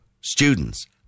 students